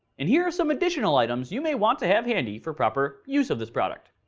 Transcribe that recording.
and here are some additional items you may want to have handy, for proper use of this product.